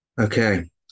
Okay